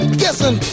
guessing